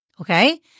okay